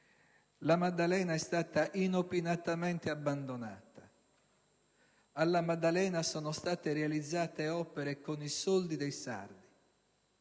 La Maddalena è stata inopinatamente abbandonata; a La Maddalena sono state realizzate opere con i soldi dei sardi;